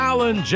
Alan